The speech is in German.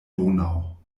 donau